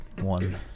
one